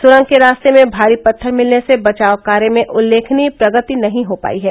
सुरंग के रास्ते में भारी पत्थर मिलने से बचाव कार्य में उल्लेखनीय प्रगति नही हो पायी है